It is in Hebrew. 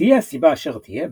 תהיה הסבה אשר תהיה,